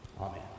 amen